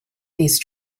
these